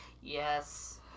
Yes